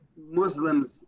Muslims